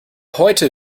heute